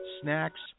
snacks